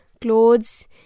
clothes